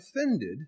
offended